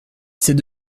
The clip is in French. c’est